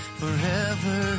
forever